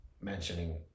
mentioning